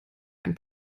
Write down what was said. ein